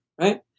right